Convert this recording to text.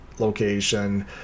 location